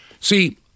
See